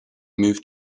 moved